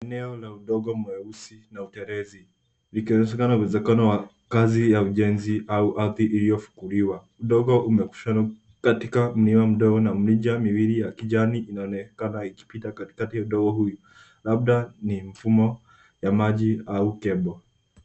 Eneo la udongo mweusi na utelezi likionyesha uwezekano wa kazi za ujenzi au ardhi iliyofunguliwa. Udongo umekusanywa Katika mmea mdogo na mirija miwili ya kijani inaonekana ikipita katikati ya udongo huu, labda ni Mfumo ya maji au cable .